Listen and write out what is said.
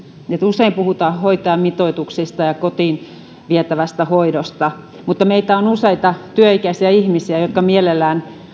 usein puhutaan hoitajamitoituksista ja kotiin vietävästä hoidosta mutta meitä on useita työikäisiä ihmisiä jotka mielellämme